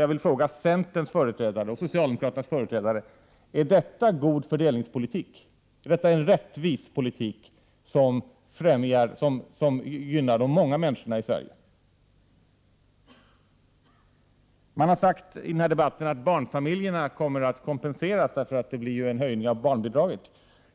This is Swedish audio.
Jag vill fråga centerns och socialdemokraternas företrädare om detta är god fördelningspolitik. Är detta en rättvis politik som gynnar de många människorna i Sverige? I den här debatten har det sagts att barnfamiljerna kommer att kompenseras, eftersom det blir en höjning av barnbidraget.